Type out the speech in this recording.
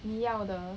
你要的